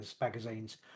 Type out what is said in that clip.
magazines